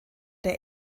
der